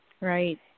Right